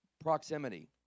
Proximity